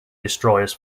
destroyers